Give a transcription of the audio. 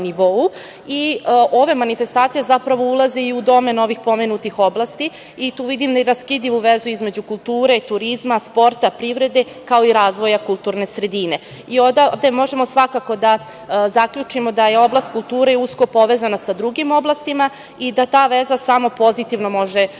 i ove manifestacije zapravo ulaze i u domen ovih pomenutih oblasti. Tu vidim neraskidivu vezu između kulture, turizma, sporta, privrede, kao i razvoja kulturne sredine. Odavde možemo svakako da zaključimo da je oblast kulture i usko povezana sa drugim oblastima i da ta veza samo pozitivno može uticati